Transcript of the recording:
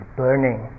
burning